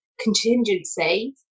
contingency